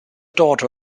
daughter